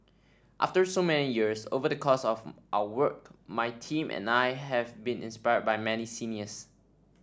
after so many years over the course of our work my team and I have been inspired by many seniors